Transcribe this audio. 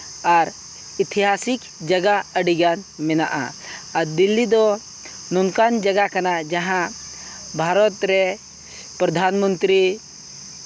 ᱟᱨ ᱤᱛᱤᱦᱟᱥᱤᱠ ᱡᱟᱭᱜᱟ ᱟᱹᱰᱤᱜᱟᱱ ᱢᱮᱱᱟᱜᱼᱟ ᱟᱨ ᱫᱤᱞᱞᱤ ᱫᱚ ᱱᱚᱝᱠᱟᱱ ᱡᱟᱭᱜᱟ ᱠᱟᱱᱟ ᱡᱟᱦᱟᱸ ᱵᱷᱟᱨᱚᱛ ᱨᱮ ᱯᱨᱚᱫᱷᱟᱱ ᱢᱚᱱᱛᱨᱤ